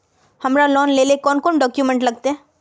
हमरा लोन लेले कौन कौन डॉक्यूमेंट लगते?